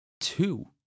two